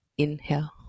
inhale